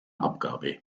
abgabe